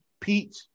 peach